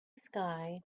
sky